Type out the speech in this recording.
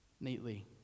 neatly